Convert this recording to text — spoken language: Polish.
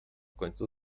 końcu